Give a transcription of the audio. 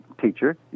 teacher